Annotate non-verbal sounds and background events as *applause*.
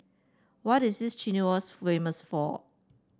what is *unintelligible* famous for